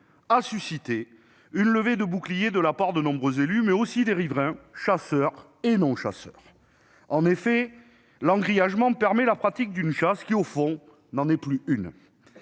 a suscité une levée de boucliers de la part de nombreux élus, mais aussi des riverains chasseurs et non-chasseurs. En effet, l'engrillagement permet la pratique d'une chasse qui, au fond, n'en est plus une.